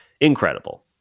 incredible